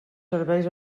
serveis